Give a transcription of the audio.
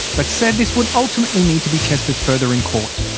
but said this would ultimately need to be tested further in court.